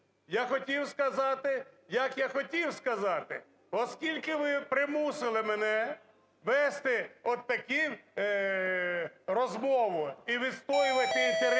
Я хотів сказати… як я хотів сказати, оскільки ви примусили мене вести такі розмови і відстоювати інтереси